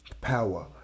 power